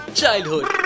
childhood